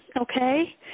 Okay